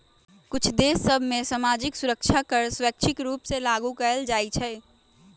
कुछ देश सभ में सामाजिक सुरक्षा कर स्वैच्छिक रूप से लागू कएल जाइ छइ